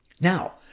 Now